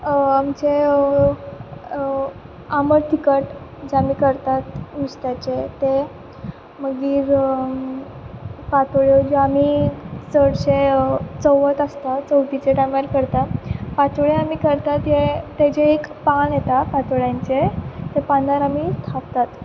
आमचें आबंट तिखट जें आमी करतात नुस्त्याचें तें मागीर पातोळ्यो ज्यो आमी चडशे चवथ आसता चवथीचे टायमार करतात पातोळ्यो आमी करतात हें तेचें एक पान येता पातोळ्यांचें ते पानार आमी थापतात